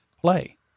play